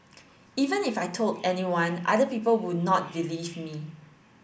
even if I told anyone other people would not believe me